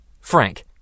Frank